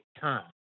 time